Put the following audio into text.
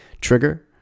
trigger